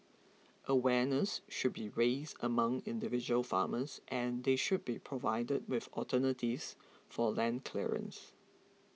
awareness should be raised among individual farmers and they should be provided with alternatives for land clearance